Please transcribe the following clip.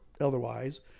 otherwise